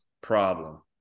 problem